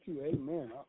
Amen